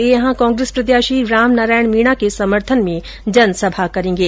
वे यहां कांग्रेस प्रत्याशी रामनारायण मीणा के समर्थन में जनसभा करेंगे